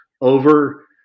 over